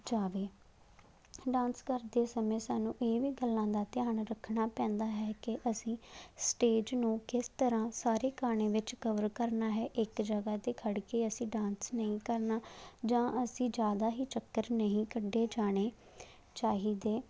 ਜਾਵੇ ਡਾਂਸ ਕਰਦੇ ਸਮੇਂ ਸਾਨੂੰ ਇਹ ਵੀ ਗੱਲਾਂ ਦਾ ਧਿਆਨ ਰੱਖਣਾ ਪੈਂਦਾ ਹੈ ਕਿ ਅਸੀਂ ਸਟੇਜ ਨੂੰ ਕਿਸ ਤਰ੍ਹਾਂ ਸਾਰੇ ਗਾਣੇ ਵਿੱਚ ਕਵਰ ਕਰਨਾ ਹੈ ਇੱਕ ਜਗ੍ਹਾ 'ਤੇ ਖੜ ਕੇ ਅਸੀਂ ਡਾਂਸ ਨਹੀਂ ਕਰਨਾ ਜਾਂ ਅਸੀਂ ਜ਼ਿਆਦਾ ਹੀ ਚੱਕਰ ਨਹੀਂ ਕੱਢੇ ਜਾਣੇ ਚਾਹੀਦੇ